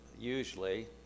usually